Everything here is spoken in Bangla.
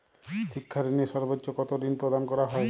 শিক্ষা ঋণে সর্বোচ্চ কতো ঋণ প্রদান করা হয়?